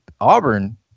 Auburn